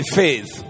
faith